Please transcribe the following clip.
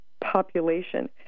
population